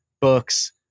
books